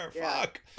Fuck